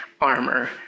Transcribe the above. armor